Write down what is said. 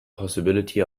possibility